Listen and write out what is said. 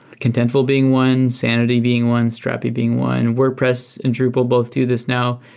contentful being one, sanity being one, strappy being one. wordpress and drupal both to this now,